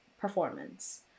performance